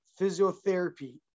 Physiotherapy